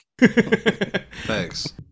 thanks